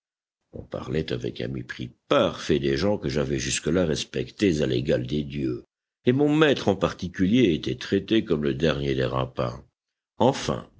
on parlait avec un mépris parfait des gens que j'avais jusque-là respectés à l'égal des dieux et mon maître en particulier était traité comme le dernier des rapins enfin